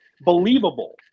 Believable